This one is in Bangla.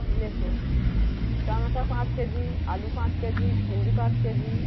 লেখো টমেটো পাঁচ কেজি আলু পাঁচ কেজি ভেন্ডি পাঁচ কেজি